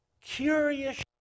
curious